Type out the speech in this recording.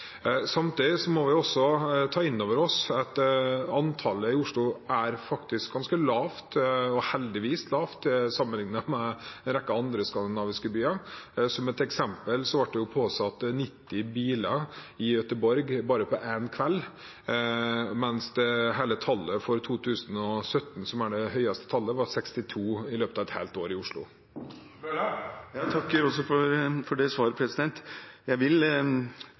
Samtidig må vi også ta inn over oss at antallet i Oslo faktisk er ganske lavt, og heldigvis lavt sammenlignet med en rekke andre skandinaviske byer. Som et eksempel ble det jo påsatt 90 biler i Göteborg bare på én kveld, mens tallet for hele 2017, som var året med det høyeste tallet, var 62 i løpet av et helt år i Oslo. Jeg takker også for det svaret. Det er selvsagt et mye større problem i andre byer, men jeg vil